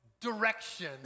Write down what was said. direction